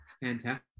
fantastic